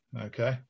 Okay